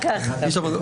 בעניין הזה,